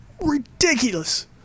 ridiculous